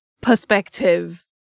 perspective